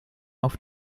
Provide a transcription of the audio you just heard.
auf